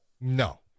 No